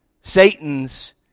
Satan's